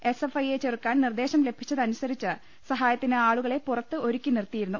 S F I യെ ചെറുക്കാൻ നിർദ്ദേശം ലഭിച്ചതനുസരിച്ച് സഹായത്തിന് ആളുകളെ പുറത്ത് ഒരുക്കി നിർത്തിയിരുന്നു